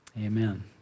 Amen